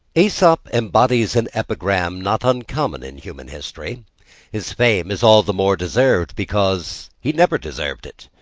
aesop embodies an epigram not uncommon in human history his fame is all the more deserved because he never deserved it.